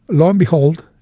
lo and behold,